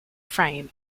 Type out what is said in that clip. frame